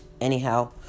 Anyhow